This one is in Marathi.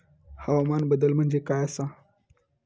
हवामान बदल म्हणजे काय आसा?